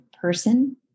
person